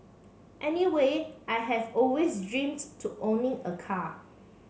anyway I have always dreamt to owning a car